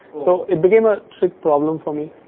so, it became a trick problem for me.